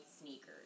sneakers